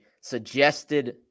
suggested